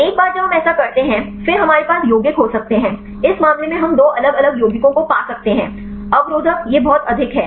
एक बार जब हम ऐसा करते हैं फिर हमारे पास यौगिक हो सकते हैं इस मामले में हम दो अलग अलग यौगिकों को पा सकते हैं अवरोधक यह बहुत अधिक है